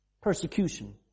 Persecution